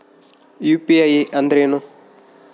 UPI ಅಂದ್ರೇನು?